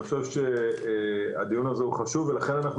אני חושב שהדיון הזה הוא חשוב ולכן אנחנו